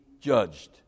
judged